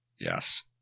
yes